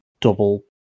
double